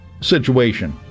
situation